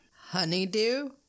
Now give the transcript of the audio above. Honeydew